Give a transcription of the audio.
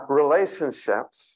relationships